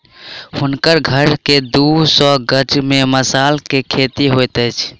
हुनकर घर के दू सौ गज में मसाला के खेती होइत अछि